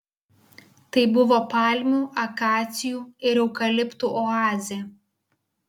tai buvo palmių akacijų ir eukaliptų oazė